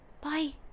Bye